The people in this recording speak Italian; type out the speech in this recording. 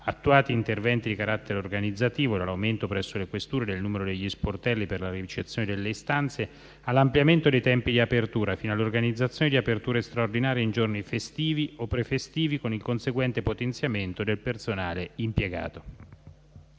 attuati interventi di carattere organizzativo (dall'aumento presso le Questure del numero degli sportelli per la ricezione delle istanze, all'ampliamento dei tempi di apertura, fino all'organizzazione di aperture straordinarie in giorni festivi o prefestivi), con il conseguente potenziamento del personale impiegato.